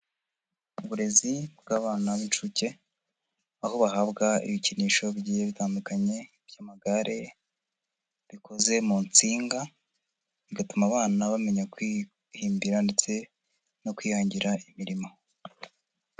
Uburezi bw'abana b'inshuke, aho bahabwa ibikinisho bye bitandukanye by'amagare bikoze mu nsinga, bigatuma abana bamenya kwihimbira ndetse no kwihangira imirimo.